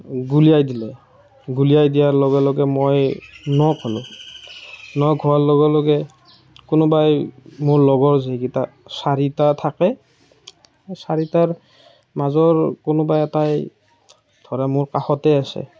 গুলিয়াই দিলে গুলিয়াই দিয়াৰ লগে লগে মই ন'ক হ'লো ন'ক হোৱাৰ লগে লগে কোনোবাই মোৰ লগৰ যিকেইটা চাৰিটা থাকে চাৰিটাৰ মাজৰ কোনোবা এটাই ধৰা মোৰ কাষতে আছে